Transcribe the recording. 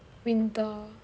winter